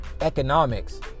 economics